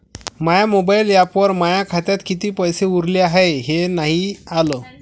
माया mobile ॲपवर माया खात्यात किती पैसे उरले हाय हे नाही आलं